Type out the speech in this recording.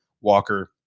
Walker